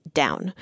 down